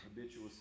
habitual